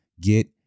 get